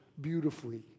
beautifully